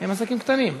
הם עסקים קטנים.